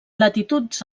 latituds